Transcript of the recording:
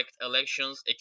elections